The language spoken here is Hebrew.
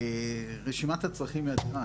רשימת הצרכים היא אדירה,